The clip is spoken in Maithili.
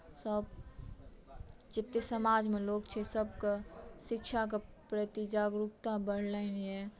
सभ जेतेक समाजमे लोक छै सभके शिक्षाके प्रति जागरुकता बढ़लनि यए